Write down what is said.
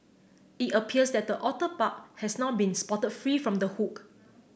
it appears that the otter pup has now been spotted free from the hook